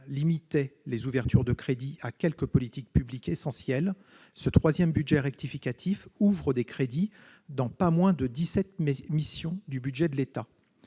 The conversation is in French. limitaient les ouvertures de crédits à quelques politiques publiques essentielles, ce troisième budget rectificatif ouvre des crédits dans pas moins de dix-sept missions du budget de l'État.